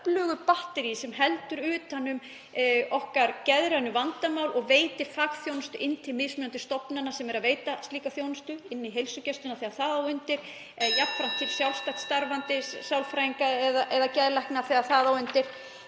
öflugu batteríi sem heldur utan um okkar geðrænu vandamál og veitir farþjónustu inn til mismunandi stofnana sem eru að veita slíka þjónustu, inn í heilsugæsluna þegar það á við og (Forseti hringir.) jafnframt til sjálfstætt starfandi sálfræðinga eða geðlækna þegar það á við